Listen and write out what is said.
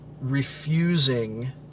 refusing